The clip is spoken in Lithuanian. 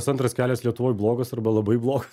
kas antras kelias lietuvoj blogas arba labai blogas